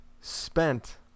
spent